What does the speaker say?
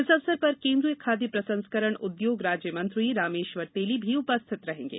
इस अवसर पर केन्द्रीय खाद्य प्रसंस्करण उद्योग राज्यमंत्री रामेश्वर तेली भी उपस्थित रहेंगे